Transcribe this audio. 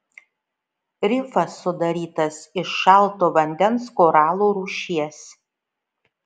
rifas sudarytas iš šalto vandens koralų rūšies